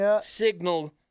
signal